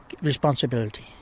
responsibility